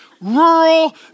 rural